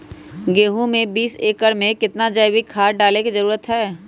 गेंहू में बीस एकर में कितना जैविक खाद डाले के जरूरत है?